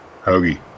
Hoagie